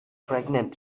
pregnant